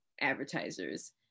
advertisers